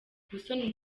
musoni